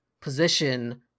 position